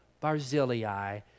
Barzillai